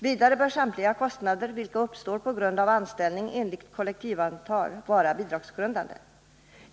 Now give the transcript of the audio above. Vidare bör samtliga kostnader, som uppstår på grund av anställning enligt kollektivavtal, vara bidragsgrundande.